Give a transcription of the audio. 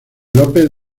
lópez